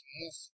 move